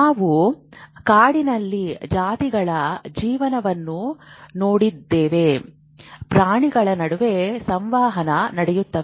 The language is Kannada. ನಾವು ಕಾಡಿನಲ್ಲಿ ಜಾತಿಗಳ ಜೀವನವನ್ನು ನೋಡಿದರೆ ಪ್ರಾಣಿಗಳ ನಡುವೆ ಸಂವಹನ ನಡೆಯುತ್ತದೆ